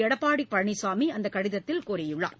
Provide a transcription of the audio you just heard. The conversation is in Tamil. எடப்பாடி பழனிசாமி அந்தக் கடிதத்தில் கோரியுள்ளார்